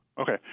Okay